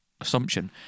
assumption